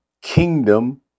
kingdom